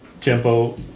Tempo